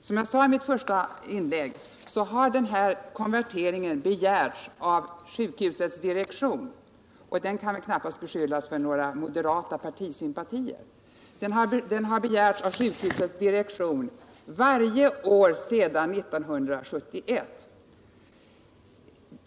Som jag sade i mitt första inlägg har denna konvertering begärts av sjukhusets direktion — och den kan väl knappast beskyllas för att gå något politiskt partis ärenden — varje år sedan 1971.